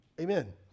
Amen